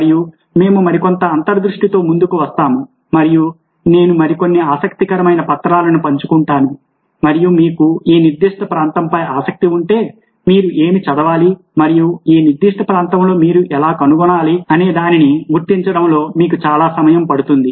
మరియు మేము మరికొంత అంతర్దృష్టితో ముందుకు వస్తాము మరియు నేను మరికొన్ని ఆసక్తికరమైన పత్రాలను పంచుకుంటాను మరియు మీకు ఈ నిర్దిష్ట ప్రాంతంపై ఆసక్తి ఉంటే మీరు ఏమి చదవాలి మరియు ఈ నిర్దిష్ట ప్రాంతంలో మీరు ఎలా కొనసాగాలి అనేదానిని గుర్తించడంలో మీకు చాలా సమయం పడుతుంది